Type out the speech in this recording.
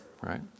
right